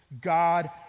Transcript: God